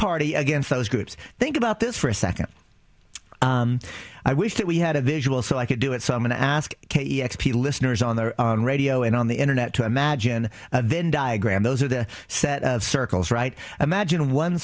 party against those groups think about this for a second i wish that we had a visual so i could do it so i'm going to ask k x p listeners on their radio and on the internet to imagine then diagram those are the set of circles right imagine one